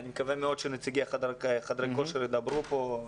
אני מקווה שנציגי חדרי כושר ידברו פה.